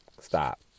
Stop